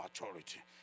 maturity